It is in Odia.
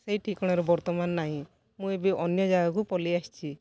ସେଇ ଠିକଣାରେ ବର୍ତ୍ତମାନ ନାହିଁ ମୁଁ ଏବେ ଅନ୍ୟ ଜାଗାକୁ ପଲିଆସିଛି